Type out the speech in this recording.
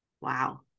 Wow